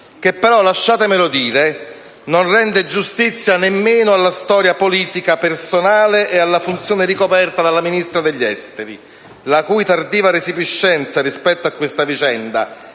Che però, lasciatemelo dire, non rende giustizia nemmeno alla storia politica personale e alla funzione ricoperta dalla Ministra degli affari esteri, la cui tardiva resipiscenza rispetto a questa vicenda,